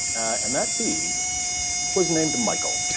and that bee was named michael.